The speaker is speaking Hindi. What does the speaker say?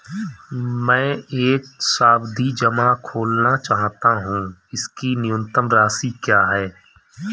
मैं एक सावधि जमा खोलना चाहता हूं इसकी न्यूनतम राशि क्या है?